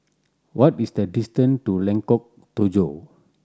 what is the distance to Lengkok Tujoh